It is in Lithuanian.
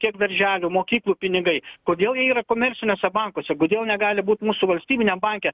kiek darželių mokyklų pinigai kodėl jie yra komerciniuose bankuose kodėl negali būt mūsų valstybiniam banke